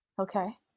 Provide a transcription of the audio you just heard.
Okay